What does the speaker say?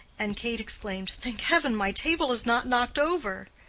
and kate exclaimed, thank heaven my table is not knocked over!